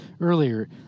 earlier